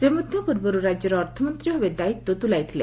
ସେ ମଧ୍ ପୂର୍ବରୁ ରାକ୍ୟର ଅର୍ଥମନ୍ତୀ ଭାବେ ଦାୟିତ୍ୱ ତୁଲାଇଥିଲେ